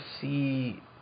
see